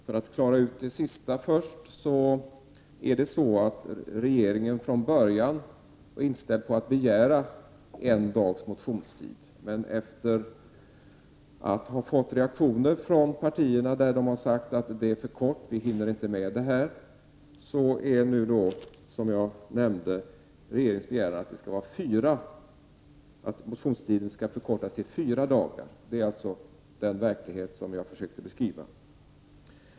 Herr talman! För att klara ut det sista först vill jag säga att regeringen från början var inställd på att begära en dags motionstid. Efter att ha fått reaktioner från partierna där de säger att det är för kort tid och att de inte hinner med, är regeringens begäran, som jag nämnde, att motionstiden skall förkortas till fyra dagar. Det är alltså den verklighet som jag försökte beskriva.